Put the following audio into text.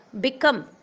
become